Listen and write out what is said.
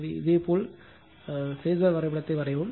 எனவே இதேபோல் மிகைப்படுத்தி பேஸர் வரைபடத்தை வரையவும்